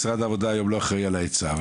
משרד העבודה היום לא אחראי על ההיצע.